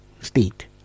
state